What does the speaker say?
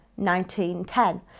1910